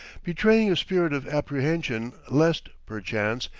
betraying a spirit of apprehension lest, perchance,